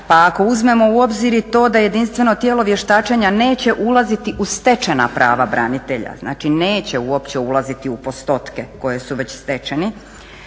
Pa ako uzmemo u obzir i to da jedinstveno tijelo vještačenja neće ulaziti u stečena prava branitelja, znači neće uopće ulaziti u postotke koji su već stečeni